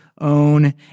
own